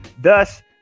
Thus